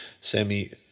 Sammy